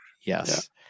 Yes